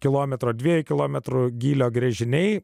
kilometro dviejų kilometrų gylio gręžiniai